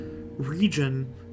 region